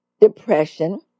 depression